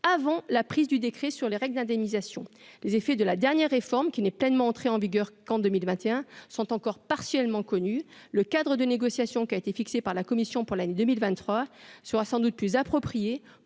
avant la prise du décret sur les règles d'indemnisation, les effets de la dernière réforme qui n'est pleinement entré en vigueur qu'en 2021 sont encore partiellement connus le cadre de négociations qui a été fixé par la Commission pour l'année 2023 sera sans doute plus approprié